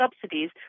subsidies